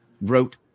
wrote